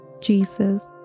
Jesus